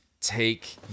take